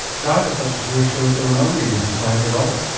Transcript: data such as yours shows that we are not an ageing society at all.